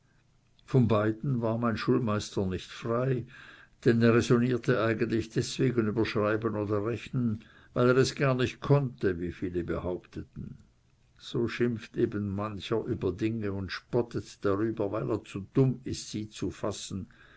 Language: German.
von beiden war mein schulmeister nicht frei denn er räsonnierte eigentlich deswegen über schreiben und rechnen weil er es gar nicht konnte wie viele behaupteten so schimpft eben mancher über dinge und spottet darüber weil er zu dumm ist sie zu fassen